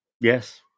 Yes